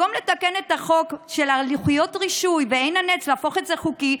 במקום לתקן את החוק של לוחיות הרישוי ועין הנץ ולהפוך את זה לחוקי,